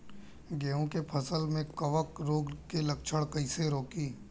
गेहूं के फसल में कवक रोग के लक्षण कईसे रोकी?